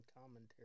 commentary